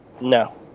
No